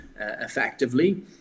effectively